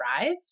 drive